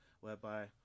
whereby